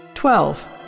Twelve